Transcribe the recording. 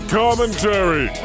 commentary